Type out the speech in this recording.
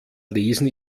lesen